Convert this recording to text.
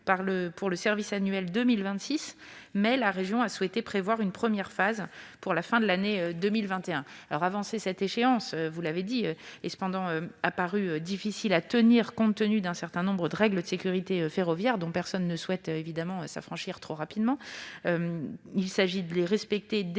pour le service annuel 2026, mais la région a souhaité prévoir une première phase dès la fin de l'année 2021. Cette échéance avancée est néanmoins apparue difficile à tenir, compte tenu d'un certain nombre de règles de sécurité ferroviaire dont personne ne souhaite, à l'évidence, s'affranchir trop rapidement ; il convient de les respecter dès qu'il